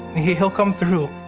he'll he'll come through.